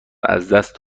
ازدست